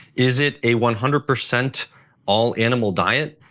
is it a one hundred percent all animal diet?